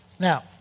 Now